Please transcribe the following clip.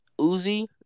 Uzi